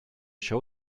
show